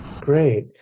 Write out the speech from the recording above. Great